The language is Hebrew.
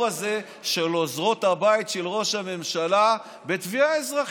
הזה של עוזרות הבית של ראש הממשלה בתביעה אזרחית.